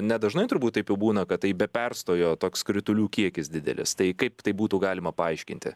nedažnai turbūt taip jau būna kad taip be perstojo toks kritulių kiekis didelis tai kaip tai būtų galima paaiškinti